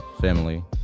family